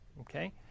Okay